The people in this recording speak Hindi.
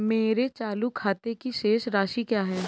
मेरे चालू खाते की शेष राशि क्या है?